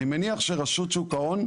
אני מניח שרשות שוק ההון,